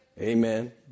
Amen